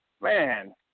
man